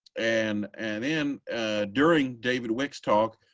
and and then during david wick s talk,